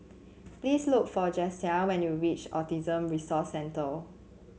please look for Jasiah when you reach Autism Resource Centre